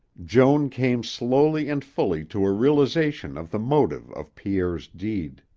joan came slowly and fully to a realization of the motive of pierre's deed.